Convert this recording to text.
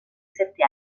sette